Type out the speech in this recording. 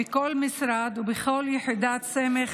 בכל משרד ובכל יחידת סמך,